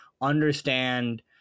understand